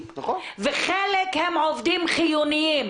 וחלק הם עובדים חיוניים.